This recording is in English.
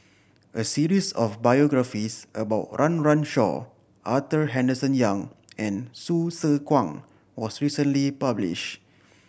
a series of biographies about Run Run Shaw Arthur Henderson Young and Hsu Tse Kwang was recently published